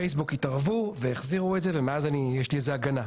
פייסבוק התערבו והחזירו את זה ומאז יש לי הגנה.